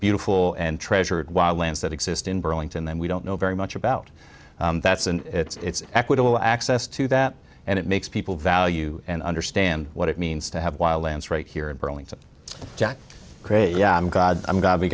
beautiful and treasured wild lands that exist in burlington then we don't know very much about that's and it's equitable access to that and it makes people value and understand what it means to have wild lands right here in burlington jack create yeah i'm god i'm god we